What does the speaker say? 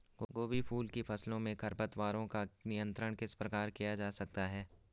गोभी फूल की फसलों में खरपतवारों का नियंत्रण किस प्रकार किया जा सकता है?